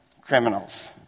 criminals